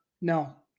No